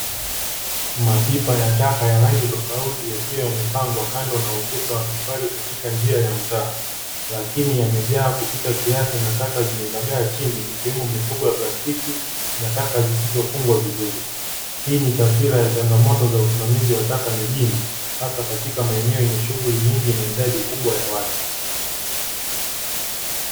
Mapipa ya taka ya rangi tofauti yakiwa yamepangwa kando na ukuta wa tofali katika njia ya mtaa, lakini yamejaa kupita kiasi na taka zimezagaa chini, ikiwemo mifuko ya plastiki na taka zisizofungwa vizuri. Hii ni taswira ya changamoto za usimamizi wa taka mijini hasa katika maeneo yenye shughuli nyingi na idadi kubwa ya watu.